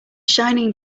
shining